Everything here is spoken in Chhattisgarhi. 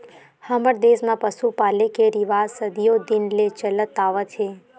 हमर देस म पसु पाले के रिवाज सदियो दिन ले चलत आवत हे